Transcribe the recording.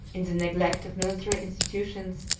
in the neglect of military institutions,